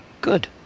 Good